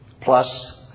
plus